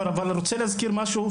אבל אני רוצה להזכיר משהו,